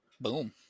Boom